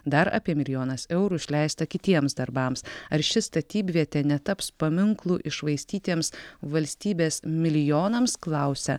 dar apie milijonas eurų išleista kitiems darbams ar ši statybvietė netaps paminklu iššvaistytiems valstybės milijonams klausia